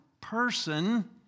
person